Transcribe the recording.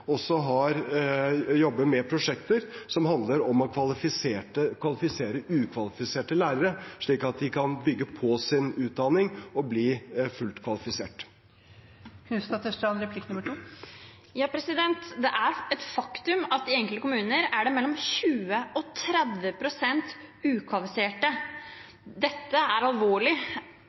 jobber med prosjekter som handler om å kvalifisere ukvalifiserte lærere, slik at de kan bygge på sin utdanning og bli fullt kvalifisert. Det er et faktum at det i enkelte kommuner er mellom 20 og 30 pst. ukvalifiserte. Dette er alvorlig.